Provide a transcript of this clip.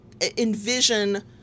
envision